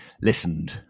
listened